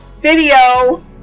video